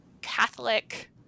Catholic